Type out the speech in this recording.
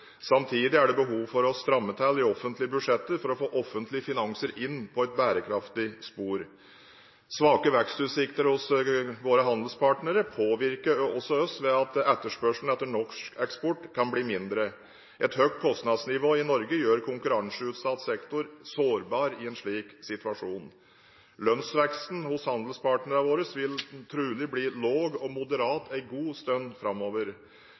Samtidig er det behov for å stramme til i offentlige budsjetter for å få offentlige finanser inn på et bærekraftig spor. Svake vekstutsikter hos våre handelspartnere påvirker også oss ved at etterspørselen etter norsk eksport kan bli mindre. Et høyt kostnadsnivå i Norge gjør konkurranseutsatt sektor sårbar i en slik situasjon. Lønnsveksten hos våre handelspartnere vil trolig bli lav og moderat en god stund framover.